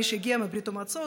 מי שהגיע מברית-המועצות,